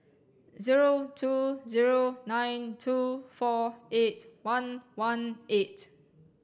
zero two zero nine two four eight one one eight